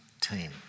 team